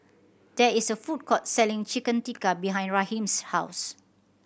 there is a food court selling Chicken Tikka behind Raheem's house